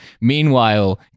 Meanwhile